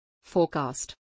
forecast